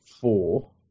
four